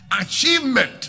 achievement